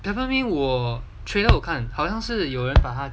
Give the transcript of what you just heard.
peppermint trailer 我有看好象是有人把他